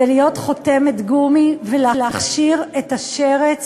זה להיות חותמת גומי ולהכשיר את השרץ